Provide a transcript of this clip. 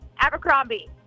Abercrombie